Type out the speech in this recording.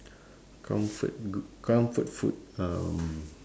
comfort g~ comfort food um